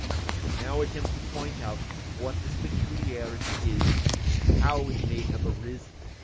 and i shall now attempt to point out what this peculiarity is and how it may have arisen.